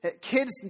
kids